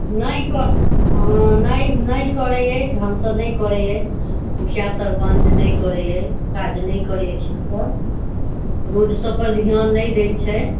नहि तऽ हँ नहि हँ नहि करैत अइ ढङ्गसँ नहि करैत अई मुखिआ सरपञ्च नहि करैत अइ काज नहि करैत अइ रोड सब पर ध्यान नहि दय छै